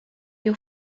your